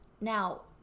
Now